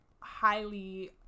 highly